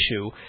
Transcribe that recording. issue